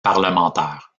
parlementaire